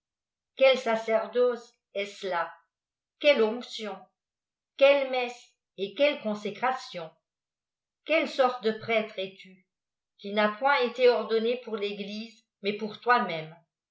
quel sacerdoce est-ce là î quelle opction quelle messe et quçlle cççsécration quelle sorte de prêtre es-tu qui n'as point étéordouîé poilr réglisé mais pour toi-même